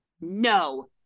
No